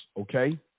okay